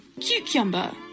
cucumber